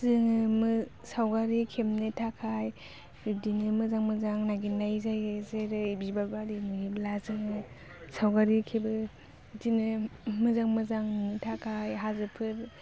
जोङो सावगारि खेबनो थाखाय बिदिनो मोजां मोजां नागिरनाय जायो जेरै बिबारबारि नुयोब्ला जोङो सावगारि खेबो बिदिनो मोजां मोजां नुनो थाखाय हाजोफोर